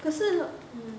可是 um